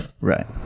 Right